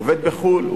עובד בחו"ל?